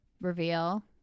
reveal